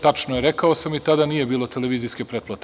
Tačno je, rekao sam i tada nije bilo televizijske pretplate.